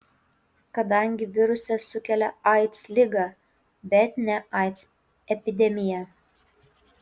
kadangi virusas sukelia aids ligą bet ne aids epidemiją